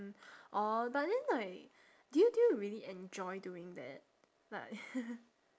mm orh but then like do you do you really enjoy doing that like